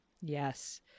Yes